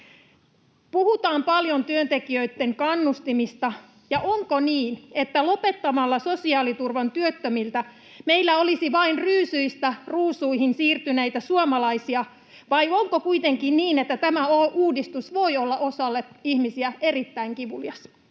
Puhutaan paljon työntekijöitten kannustimista. Onko niin, että lopettamalla sosiaaliturva työttömiltä, meillä olisi vain ryysyistä ruusuihin siirtyneitä suomalaisia, vai onko kuitenkin niin, että tämä uudistus voi olla osalle ihmisiä erittäin kivulias?